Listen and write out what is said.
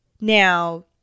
Now